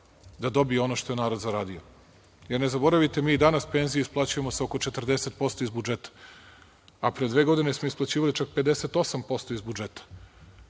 da dobije ono što je narod zaradio. Ne zaboravite, mi i danas penzije isplaćujemo sa oko 40% iz budžeta, a pre dve godine smo isplaćivali čak 58% iz budžeta.